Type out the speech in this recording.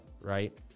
right